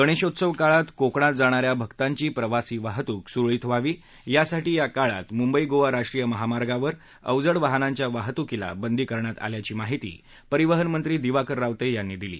गणेशोत्सव काळात कोकणात जाणाऱ्या भक्तांची प्रवासी वाहतूक सुरळीत व्हावी यासाठी या काळात मुंबई गोवा राष्ट्रीय महामार्गावर तसंघ इतर अवजड वाहनांच्या वाहतुकीला बंदी करण्यात आल्याची माहिती परिवहन मंत्री दिवाकर रावते यांनी दिली